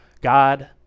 God